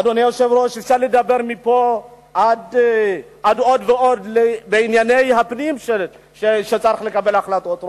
אפשר לדבר עוד ועוד בענייני הפנים שצריך לקבל בהם החלטות.